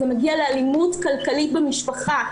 זה מגיע לאלימות כלכלית במשפחה,